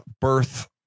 birth